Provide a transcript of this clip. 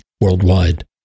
worldwide